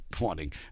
wanting